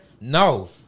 No